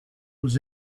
was